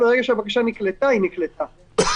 ברגע שהבקשה נקלטה, היא נקלטה.